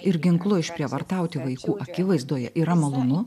ir ginklu išprievartauti vaikų akivaizdoje yra malonu